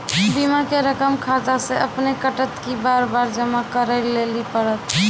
बीमा के रकम खाता से अपने कटत कि बार बार जमा करे लेली पड़त?